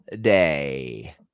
day